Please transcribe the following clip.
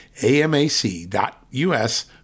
amac.us